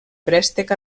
préstec